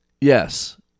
Yes